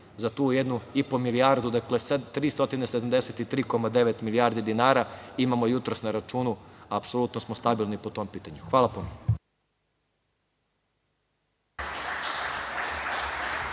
za tu 1,5 milijardu, dakle 373,9 milijardi dinara imamo jutros na računu. Apsolutno smo stabilni po tom pitanju. Hvala puno.